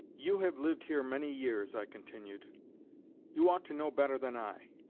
you have lived here many years, i continued you ought to know better than i.